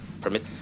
permit